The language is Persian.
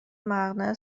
مقنعه